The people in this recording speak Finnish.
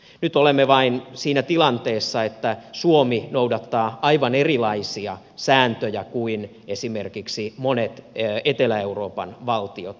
nyt olemme vain siinä tilanteessa että suomi noudattaa aivan erilaisia sääntöjä kuin esimerkiksi monet etelä euroopan valtiot